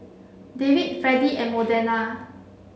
Davin Fredy and Modena